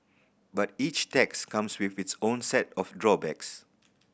but each tax comes with its own set of drawbacks